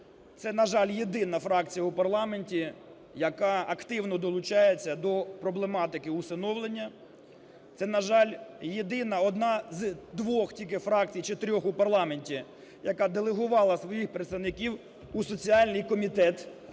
Це, на жаль, єдина фракція у парламенті, яка активно долучається до проблематики усиновлення. Це, на жаль, єдина, одна з двох тільки фракцій, чи трьох, у парламенті, яка делегувала своїх представників у соціальний комітет